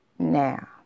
Now